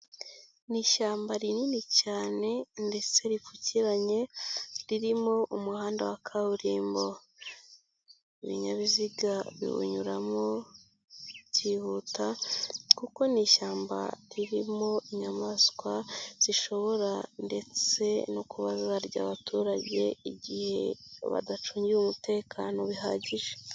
Ni ishyamba rinini cyane ndetse ripfukiranye ririmo umuhanda wa kaburimbo, ibininyabiziga biwunyuramo byihuta kuko ni ishyamba ririmo inyamaswa zishobora ndetse no kuba zarya abaturage, igihe badacungiwe umutekano bihagije.